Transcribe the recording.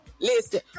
Listen